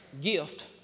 gift